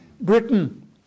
Britain